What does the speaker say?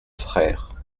frère